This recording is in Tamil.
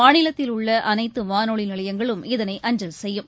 மாநிலத்தில் உள்ளஅனைத்துவானொலிநிலையங்களும் இதனை அஞ்சல் செய்யும்